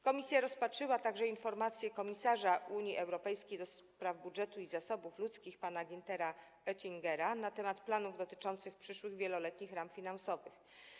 Komisja rozpatrzyła także informację komisarza Unii Europejskiej do spraw budżetu i zasobów ludzkich pana Günthera Oettingera na temat planów dotyczących przyszłych wieloletnich ram finansowych.